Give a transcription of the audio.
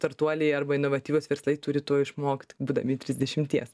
startuoliai arba inovatyvūs verslai turi to išmokt būdami trisdešimties